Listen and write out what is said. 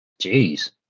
Jeez